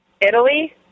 Italy